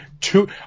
Two